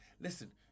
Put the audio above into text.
Listen